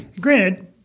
Granted